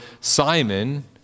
Simon